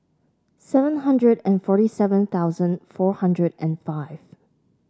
seven hundred and forty seven thousand four hundred and five